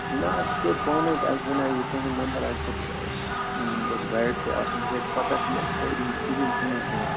نہ اَسہِ کوٚر پانَے تہِ اَسہِ بنیو یہِ تُہُنٛد نمبر اَسہِ دوٚپ أسۍ گوٚژھ گایڈ تہِ آسُن تِکیٛازِ پتہ چھَنہ ایریِہِچ کِہیٖنۍ تہٕ نہ کینٛہہ